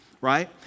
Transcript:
right